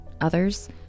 others